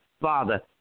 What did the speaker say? Father